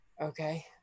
Okay